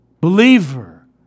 believer